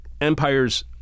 empires